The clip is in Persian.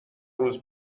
روز